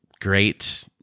great